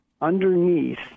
underneath